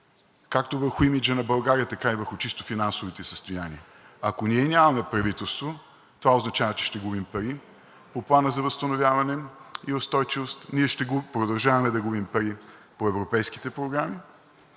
както върху имиджа на България, така и върху чисто финансовите състояния. Ако ние нямаме правителство, това означава, че ще губим пари по Плана за възстановяване и устойчивост. Ние ще продължаваме да губим пари по европейските програми.